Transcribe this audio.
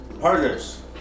partners